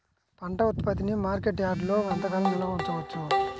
పంట ఉత్పత్తిని మార్కెట్ యార్డ్లలో ఎంతకాలం నిల్వ ఉంచవచ్చు?